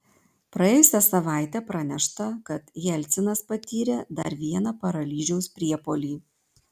praėjusią savaitę pranešta kad jelcinas patyrė dar vieną paralyžiaus priepuolį